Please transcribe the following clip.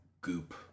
goop